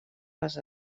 les